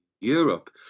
Europe